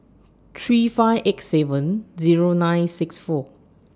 three five eight seven Zero nine six four